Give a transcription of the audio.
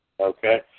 Okay